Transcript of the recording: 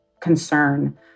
concern